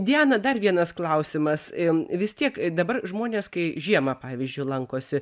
diana dar vienas klausimas i vis tiek dabar žmonės kai žiemą pavyzdžiui lankosi